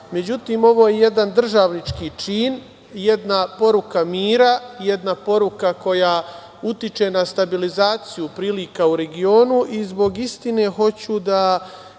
odgovara.Međutim, ovo je jedan državnički čin, jedna poruka mira, jedna poruka koja utiče na stabilizaciju prilika u regionu i zbog istine hoću da